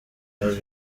biba